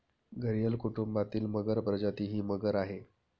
घरियल कुटुंबातील मगर प्रजाती ही मगर आहे